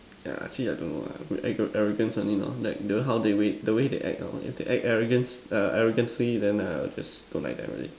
yeah actually I don't know lah but act arrogance only lor like the how they wait the way they act out if they act arrogance err arrogantly then I'll just don't like them already